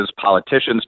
politicians